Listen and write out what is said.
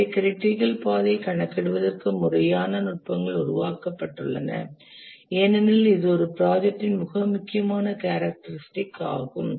எனவே க்ரிட்டிக்கல் பாதையை கணக்கிடுவதற்கு முறையான நுட்பங்கள் உருவாக்கப்பட்டுள்ளன ஏனெனில் இது ஒரு ப்ராஜெக்டின் மிக முக்கியமான கேரக்டரிஸ்டிக் ஆகும்